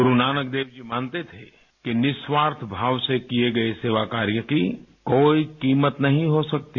गुरुनानकदेव जी मानते थे कि निस्वार्थ भाव से किए गए सेवा कार्य की कोई कीमत नहीं हो सकती